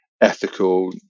ethical